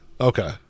Okay